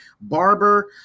Barber